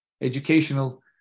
educational